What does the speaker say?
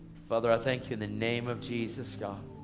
father, i thank you in the name of jesus, god.